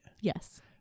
Yes